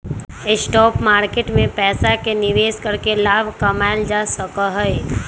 stock market में पैसे के निवेश करके लाभ कमावल जा सका हई